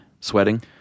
sweating